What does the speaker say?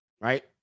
right